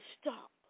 stop